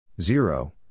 Zero